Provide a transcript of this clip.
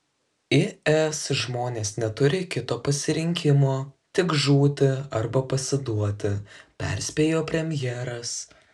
is žmonės neturi kito pasirinkimo tik žūti arba pasiduoti perspėjo premjeras